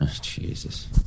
Jesus